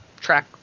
track